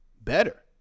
better